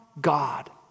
God